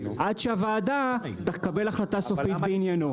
עד שהוועדה תקבל החלטה סופית בעניינו.